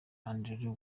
andrew